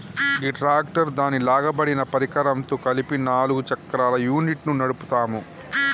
గీ tractor దాని లాగబడిన పరికరంతో కలిపి నాలుగు చక్రాల యూనిట్ను నడుపుతాము